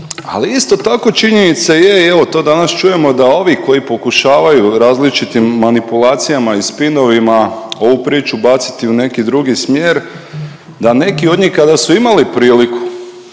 ali isto tako činjenica je i evo to danas čujemo da ovi koji pokušavaju različitim manipulacijama i spinovima ovu priču baciti u neki drugi smjer, da neki od njih kada su imali priliku,